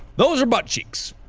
those are butt cheeks.